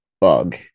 bug